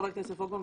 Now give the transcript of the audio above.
חבר הכנסת פולקמן,